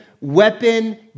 weapon